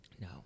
No